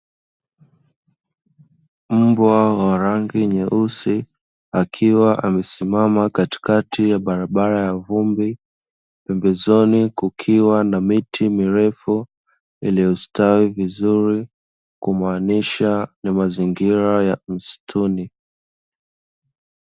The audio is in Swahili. Mbwa wa rangi nyeusi, akiwa amesimama katikati ya barabara ya vumbi, pembezoni kukiwa na miti mirefu iliyostawi vizuri, kumaanisha ni mazingira ya msituni.